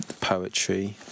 poetry